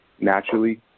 naturally